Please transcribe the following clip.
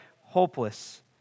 hopeless